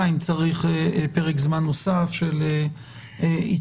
אם צריך פרק זמן נוסף של התארגנות,